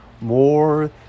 more